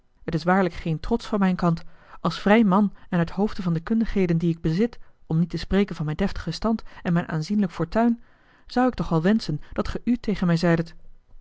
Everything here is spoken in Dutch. maar het is waarlijk geen trots van mijn kant als vrij man en uit hoofde van de kundigheden die ik bezit om niet te spreken van mijn deftigen stand en mijn aanzienlijk fortuin zou ik toch wel wenschen dat ge u tegen mij zeidet